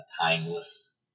timeless